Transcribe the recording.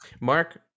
Mark